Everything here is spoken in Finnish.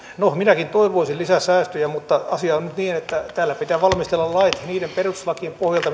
no minäkin toivoisin lisää säästöjä mutta asia on nyt niin että täällä pitää valmistella lait niiden perustuslakien pohjalta